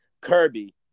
Kirby